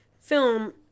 film